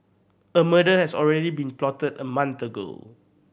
a murder has already been plotted a month ago